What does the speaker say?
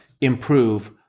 improve